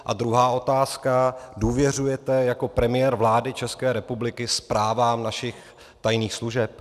A druhá otázka: Důvěřujete jako premiér vlády České republiky zprávám našich tajných služeb?